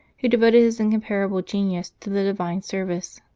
who devoted his incomparable genius to the divine service.